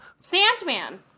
Sandman